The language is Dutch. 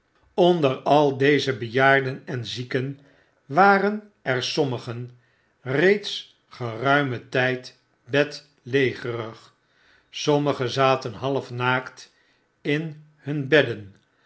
onder al deze bejaarden en zieken waren er sommigen reeds geruimen tyd bedlegerig sommigen zaten half naakt in hun bedden